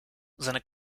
seine